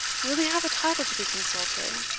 really have a title to be consulted,